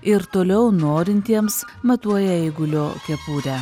ir toliau norintiems matuoja eigulio kepurę